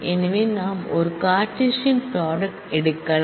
எனவே நாம் ஒரு கார்ட்டீசியன் ப்ராடக்ட் × எடுக்கலாம்